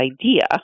idea